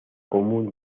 común